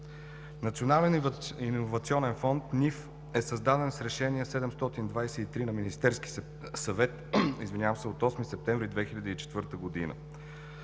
Националният иновационен фонд – НИФ, е създаден с Решение № 723 на Министерския съвет от 8 септември 2004 г.